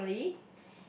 family